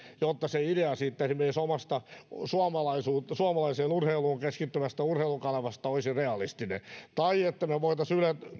jotta idea esimerkiksi omasta suomalaiseen urheiluun keskittyvästä urheilukanavasta olisi realistinen tai jotta me voisimme